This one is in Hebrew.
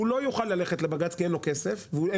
הוא לא יוכל ללכת לבג"צ כי אין לו כסף ואין